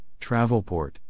Travelport